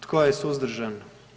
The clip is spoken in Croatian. Tko je suzdržan?